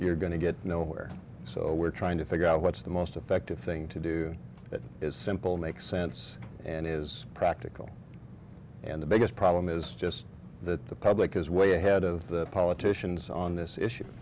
you're going to get nowhere so we're trying to figure out what's the most effective thing to do that is simple make sense and is practical and the biggest problem is just that the public is way ahead of the politicians on this issue